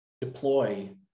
deploy